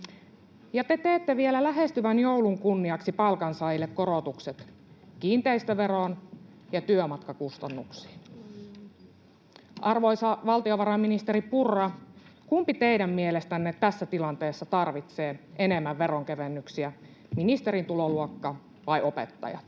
Ja te teette vielä lähestyvän joulun kunniaksi palkansaajille korotukset kiinteistöveroon ja työmatkakustannuksiin. Arvoisa valtiovarainministeri Purra, kumpi teidän mielestänne tässä tilanteessa tarvitsee enemmän veronkevennyksiä: ministerin tuloluokka vai opettajat?